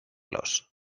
los